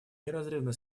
неразрывно